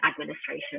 administration